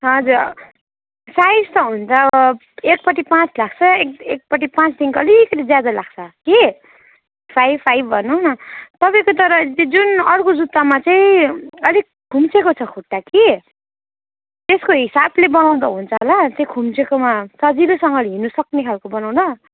हजुर साइज त हुन्छ एकपट्टि पाँच लाग्छ एक एकपट्टि पाँच दिनको अलिकति ज्यादा लाग्छ कि फाइभ फाइभ भनौ तपाईँको तर जुन अर्को जुत्तामा चाहिँ अलिक खुम्चिएको छ खुट्टा कि त्यसको हिसाबले बनाउँदा हुन्छ होला त्यो खुम्चिएकोमा सजिलोसँगले हिँड्नुसक्ने खालको बनाउँदा